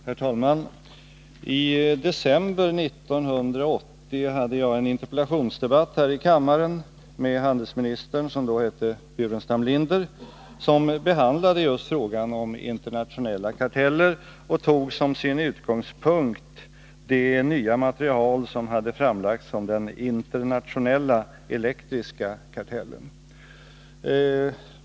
Herr talman! I december 1980 hade jag en interpellationsdebatt här i kammaren med handelsministern. som då hette Burenstam Linder. Interpellationen behandlade just frågan om internationella karteller och tog som sin utgångspunkt det nya material som hade framlagts om den internationella elektriska kartellen.